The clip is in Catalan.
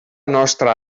nostra